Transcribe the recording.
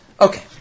Okay